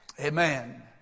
Amen